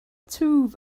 twf